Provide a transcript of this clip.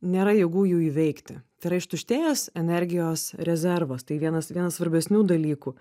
nėra jėgų jų įveikti tai yra ištuštėjęs energijos rezervas tai vienas vienas svarbesnių dalykų